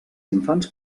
infants